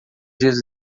dias